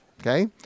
Okay